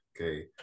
okay